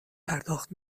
پرداخت